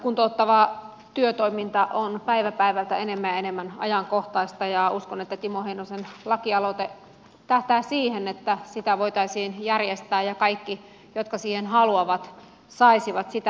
kuntouttava työtoiminta on päivä päivältä enemmän ja enemmän ajankohtaista ja uskon että timo heinosen lakialoite tähtää siihen että sitä voitaisiin järjestää ja kaikki jotka siihen haluavat saisivat sitä